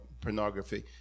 pornography